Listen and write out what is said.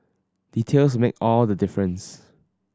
details make all the difference